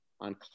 on